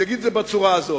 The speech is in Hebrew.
אני אגיד את זה פה בצורה הזאת,